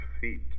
feet